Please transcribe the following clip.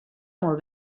molt